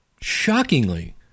shockingly